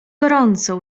gorąco